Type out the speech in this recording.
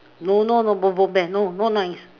no no no bom bom bear no not nice